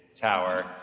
tower